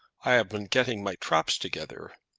i have been getting my traps together.